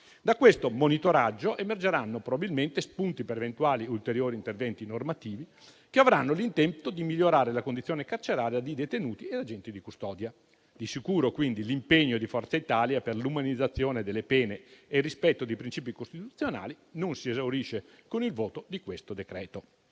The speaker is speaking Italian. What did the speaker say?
Da questo monitoraggio emergeranno probabilmente spunti per eventuali ulteriori interventi normativi che avranno l'intento di migliorare la condizione carceraria di detenuti e agenti di custodia. Di sicuro, quindi, l'impegno di Forza Italia per l'umanizzazione delle pene e il rispetto dei principi costituzionali non si esaurisce con il voto di questo decreto-legge.